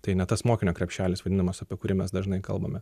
tai ne tas mokinio krepšelis vadinamas apie kurį mes dažnai kalbame